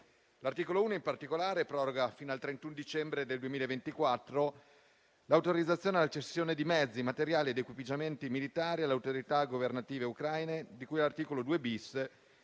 L'articolo 1, in particolare, proroga fino al 31 dicembre 2024 l'autorizzazione alla cessione di mezzi, materiali ed equipaggiamenti militari alle autorità governative ucraine, di cui all'articolo 2-*bis*